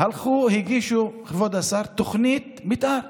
הלכו והגישו, כבוד השר, תוכנית מתאר.